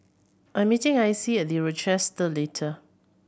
I'm meeting Icie The Rochester the later